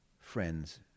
friends